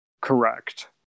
correct